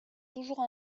toujours